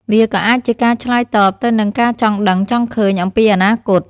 វាក៏អាចជាការឆ្លើយតបទៅនឹងការចង់ដឹងចង់ឃើញអំពីអនាគត។